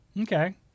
okay